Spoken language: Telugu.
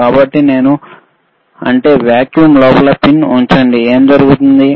కాబట్టి నేను వాక్యూమ్ లోపల పిన్ ఉంచినట్లయితే ఏమి జరుగుతుంది